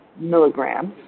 milligrams